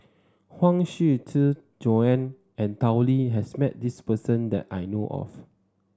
Huang Shiqi Joan and Tao Li has met this person that I know of